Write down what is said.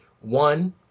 One